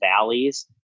valleys